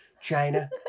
China